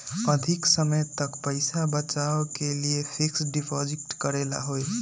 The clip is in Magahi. अधिक समय तक पईसा बचाव के लिए फिक्स डिपॉजिट करेला होयई?